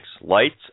Lights